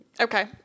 okay